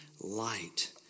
light